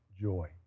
joy